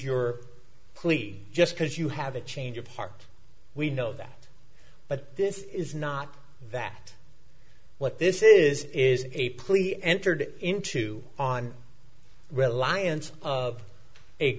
your plea just because you have a change of heart we know that but this is not that what this is is a plea entered into on